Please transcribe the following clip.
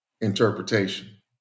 interpretation